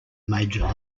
major